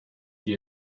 die